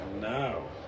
No